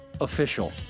official